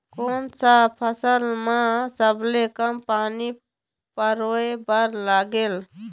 कोन सा फसल मा सबले कम पानी परोए बर लगेल?